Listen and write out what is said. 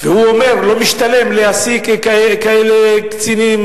הוא אומר לא משתלם להעסיק כאלה קצינים